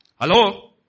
Hello